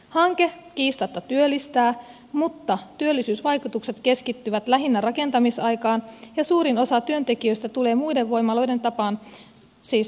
hanke kiistatta työllistää mutta työllisyysvaikutukset keskittyvät lähinnä rakentamisaikaan ja suurin osa työntekijöistä tulee muiden voimaloiden tapaan siis ulkomailta